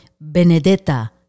Benedetta